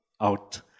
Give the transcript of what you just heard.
out